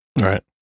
Right